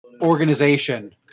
organization